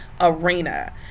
arena